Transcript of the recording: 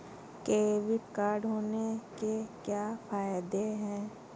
Credit card होने के क्या फायदे हैं?